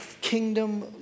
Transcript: kingdom